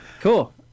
cool